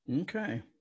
Okay